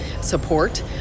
support